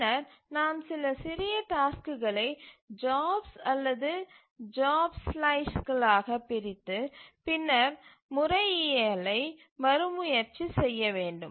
பின்னர் நாம் சில சிறிய டாஸ்க்குகளை ஜாப்ஸ் அல்லது ஜாப் ஸ்லைஸ்களாக பிரித்து பின்னர் முறையியலை மறுமுயற்சி செய்ய வேண்டும்